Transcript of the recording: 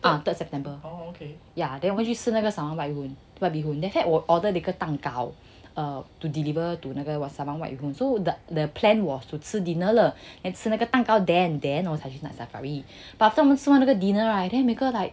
third third september yeah then 我们去吃那个 fried bee hoon then after that 我 order 了一个蛋糕 um to deliver to 那个 restaurant so that the plan was 吃 dinner 了吃那个蛋糕 then then go to night safari but after 我们吃完那个 dinner right then 每个人 like